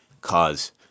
cause